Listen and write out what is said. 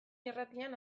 irratian